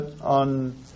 on